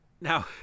Now